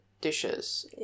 dishes